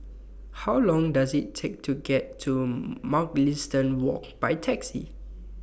How Long Does IT Take to get to Mugliston Walk By Taxi